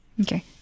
Okay